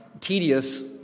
tedious